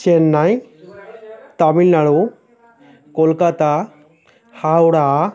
Chennai Tamil Nadu Kolkata Howrah